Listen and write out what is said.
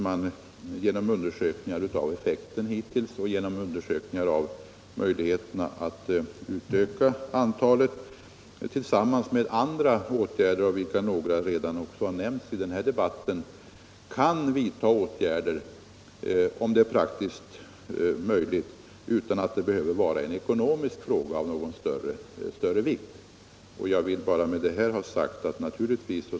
Att undersöka effekten härav och att undersöka möjligheterna att utöka antalet övergångar med stopplikt är en av de många åtgärder som kan vidtas, om det är praktiskt möjligt, utan att det behöver vara en ekonomisk fråga av någon större omfattning.